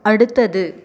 அடுத்தது